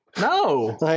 No